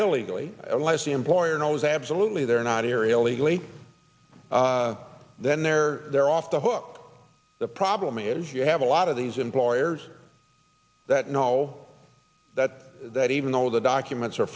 illegally unless the employer knows absolutely they're not area legally then they're they're off the hook the problem is you have a lot of these employers that know that even though the documents